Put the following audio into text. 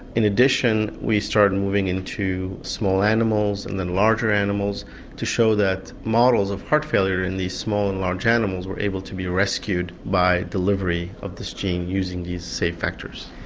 in addition we started moving into small animals and then larger animals to show that models of heart failure in these small and large animals were able to be rescued by delivery of this gene using these same vectors.